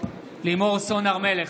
לימור סון הר מלך,